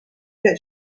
that